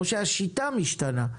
או שהשיטה הולכת להשתנות,